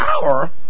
power